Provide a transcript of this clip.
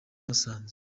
musanze